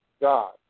God